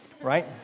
right